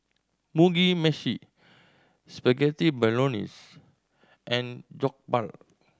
Mugi Meshi Spaghetti Bolognese and Jokbal